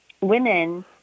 women